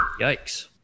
Yikes